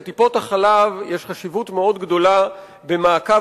לטיפות-החלב יש חשיבות גדולה מאוד במעקב